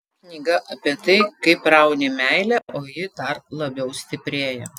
knyga apie tai kaip rauni meilę o ji dar labiau stiprėja